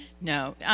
No